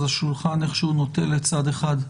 אז השולחן איכשהו נוטה לצד אחד.